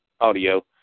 audio